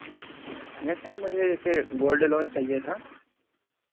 नहीं सर मुझे ऐसे गोल्ड लोन चाहिए था